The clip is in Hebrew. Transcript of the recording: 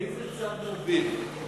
איזה צד מוביל?